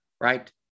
right